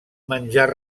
menjar